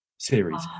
Series